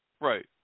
Right